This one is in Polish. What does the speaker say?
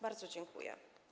Bardzo dziękuję.